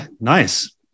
nice